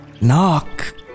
Knock